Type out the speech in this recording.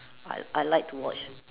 I I like to watch